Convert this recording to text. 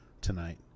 tonight